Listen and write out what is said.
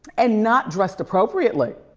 and not dressed appropriately.